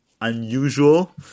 unusual